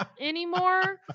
anymore